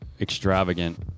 extravagant